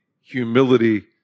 humility